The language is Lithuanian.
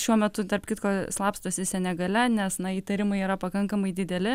šiuo metu tarp kitko slapstosi senegale nes na įtarimai yra pakankamai dideli